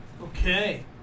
Okay